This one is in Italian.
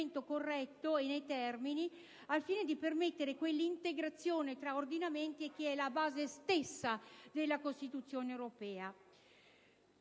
corretto e nei termini, al fine di permettere quell'integrazione tra ordinamenti che è la base stessa della Costituzione europea.